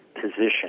position